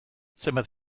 zenbat